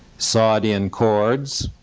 sawed-in cords,